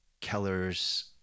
keller's